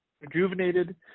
rejuvenated